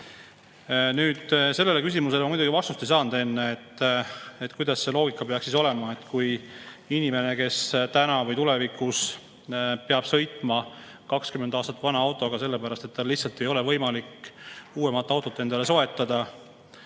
sellele küsimusele ma muidugi enne vastust ei saanud, et kuidas see loogika peaks olema inimese puhul, kes täna või tulevikus peab sõitma 20 aastat vana autoga, sellepärast et tal lihtsalt ei ole võimalik uuemat autot endale soetada.